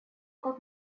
как